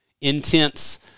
intense